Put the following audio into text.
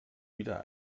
wieder